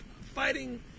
fighting